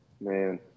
Man